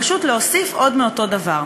פשוט להוסיף עוד מאותו דבר.